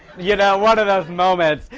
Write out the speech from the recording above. you know, one of those moments.